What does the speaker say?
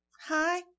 Hi